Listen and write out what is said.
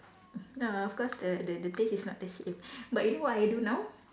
ya of course the the the taste is not the same but you know what I do now